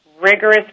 rigorous